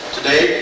Today